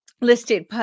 listed